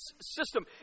system